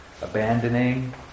abandoning